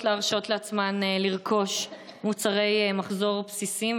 להרשות לעצמן לרכוש מוצרי מחזור בסיסיים.